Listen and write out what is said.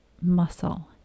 muscle